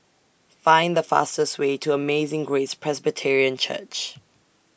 Find The fastest Way to Amazing Grace Presbyterian Church